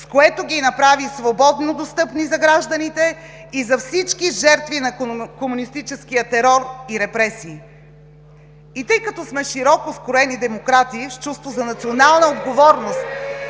с което ги направи свободно достъпни за гражданите и за всички жертви на комунистическия терор и репресии. И тъй като сме широко скроени демократи (възгласи от парламентарната